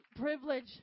privilege